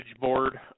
board